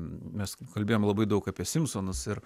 mes kalbėjome labai daug apie simpsonus ir